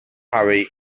hurry